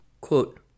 quote